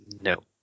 No